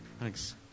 Thanks